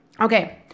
Okay